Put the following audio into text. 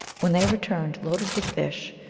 when they returned, loaded with fish,